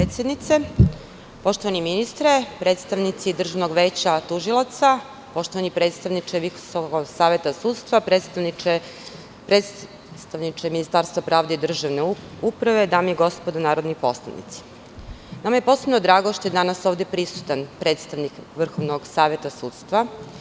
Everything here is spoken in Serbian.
Zahvaljujem potpredsednice, poštovani ministre, predstavnici Državnog veća tužilaca, poštovani predstavniče Visokog saveta sudstva, predstavniče Ministarstva pravde i državne uprave, dame i gospodo narodni poslanici, nama je posebno drago što je danas ovde prisutan predstavnik Vrhovnog saveta sudstva.